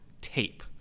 tape